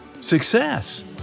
Success